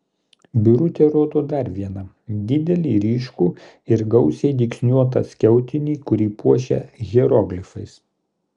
birutė rodo dar vieną didelį ryškų ir gausiai dygsniuotą skiautinį kurį puošia hieroglifas